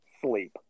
sleep